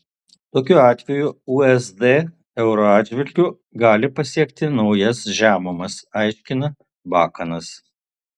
tokiu atveju usd euro atžvilgiu gali pasiekti naujas žemumas aiškina bakanas